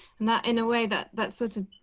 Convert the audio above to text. not in a way that that sort of.